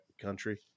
Country